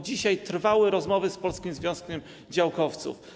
Dzisiaj trwały rozmowy z Polskim Związkiem Działkowców.